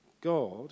God